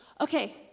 okay